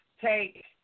take